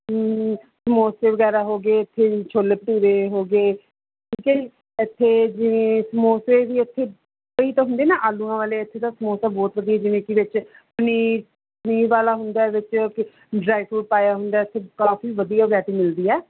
ਸਮੋਸੇ ਵਗੈਰਾ ਹੋ ਗਏ ਇੱਥੇ ਛੋਲੇ ਭਟੂਰੇ ਹੋ ਗਏ ਇੱਥੇ ਜਿਵੇਂ ਸਮੋਸੇ ਵੀ ਇੱਥੇ ਕਈ ਤਾਂ ਹੁੰਦੇ ਨਾ ਆਲੂਆਂ ਵਾਲੇ ਇੱਥੇ ਦਾ ਸਮੋਸਾ ਬਹੁਤ ਵਧੀਆ ਜਿਵੇਂ ਕਿ ਵਿੱਚ ਪਨੀਰ ਪਨੀਰ ਵਾਲਾ ਹੁੰਦਾ ਵਿੱਚ ਡ੍ਰਾਈ ਫਰੂਟ ਪਾਇਆ ਹੁੰਦਾ ਅਤੇ ਕਾਫੀ ਵਧੀਆ ਵਰਾਈਟੀ ਮਿਲਦੀ ਆ